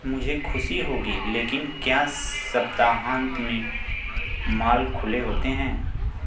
मुझे ख़ुशी होगी लेकिन क्या सप्ताहान्त में मॉल खुले होते हैं